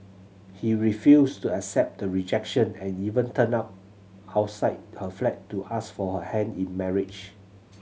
he refused to accept the rejection and even turned up outside her flat to ask for her hand in marriage